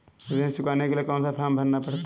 ऋण चुकाने के लिए कौन सा फॉर्म भरना पड़ता है?